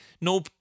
no